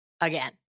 again